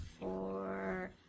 four